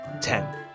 Ten